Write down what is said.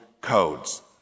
codes